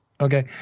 Okay